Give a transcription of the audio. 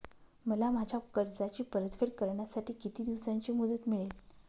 मला माझ्या कर्जाची परतफेड करण्यासाठी किती दिवसांची मुदत मिळेल?